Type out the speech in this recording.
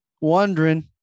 wondering